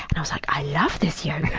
and i was like, i love this yoga!